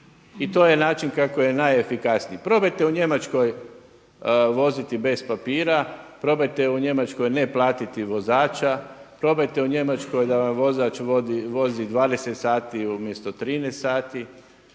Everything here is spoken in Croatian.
I to je način kako je najefikasniji. Probajte u Njemačkoj ne platiti vozača, probajte u Njemačkoj da vam vozač vozi 20 sati umjesto 13 sati,